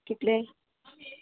कितले